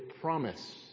promise